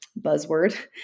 buzzword